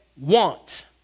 want